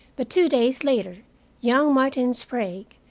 but two days later young martin sprague,